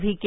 V K